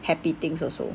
happy things also